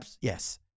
yes